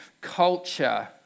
culture